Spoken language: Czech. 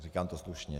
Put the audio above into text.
Říkám to slušně.